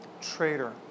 Traitor